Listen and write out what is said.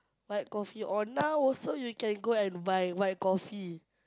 white coffee or now also you can go and buy white coffee